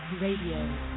RADIO